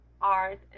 art